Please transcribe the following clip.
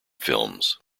films